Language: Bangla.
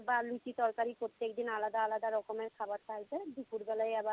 বা লুচি তরকারি প্রত্যেক দিন আলাদা আলাদা রকমের খাবার থাকবে দুপুরবেলায় আবার